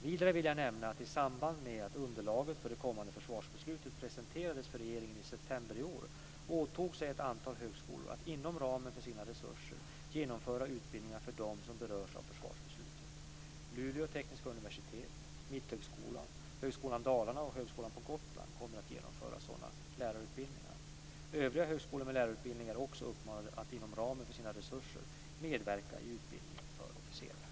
Vidare vill jag nämna att i samband med att underlaget för det kommande försvarsbeslutet presenterades för regeringen i september i år åtog sig ett antal högskolor att inom ramen för sina resurser genomföra utbildningar för dem som berörs av försvarsbeslutet. Dalarna och Högskolan på Gotland kommer att genomföra sådana lärarutbildningar. Övriga högskolor med lärarutbildning är också uppmanade att inom ramen för sina resurser medverka i utbildning för officerare.